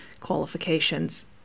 qualifications